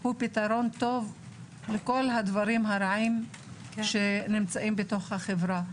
הוא פתרון טוב לכל הדברים הרעים שנמצאים בתוך החברה.